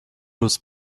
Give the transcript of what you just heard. روز